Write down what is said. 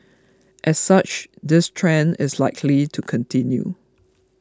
as such this trend is likely to continue